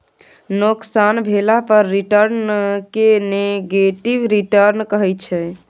नोकसान भेला पर रिटर्न केँ नेगेटिव रिटर्न कहै छै